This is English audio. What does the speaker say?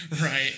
Right